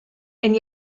and